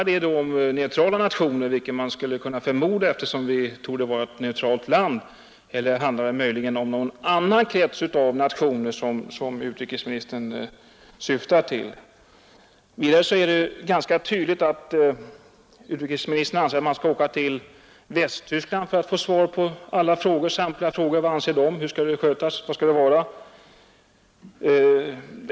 Rör det sig om neutrala nationer, vilket man skulle kunna förmoda eftersom Sverige torde vara ett neutralt land, eller är det någon annan krets av nationer som utrikesministern syftar på? Utrikesministern anser tydligen att man skall åka till Västtyskland för att få svar på alla frågor. Vad anser man där, hur skall detta skötas, hur skall vi förfara?